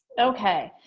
okay,